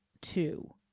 two